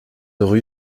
rue